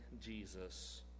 Jesus